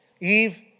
Eve